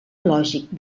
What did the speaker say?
lògic